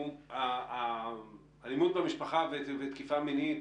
אלימות במשפחה ותקיפה מינית,